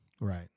Right